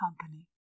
company